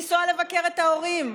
לנסוע לבקר את ההורים.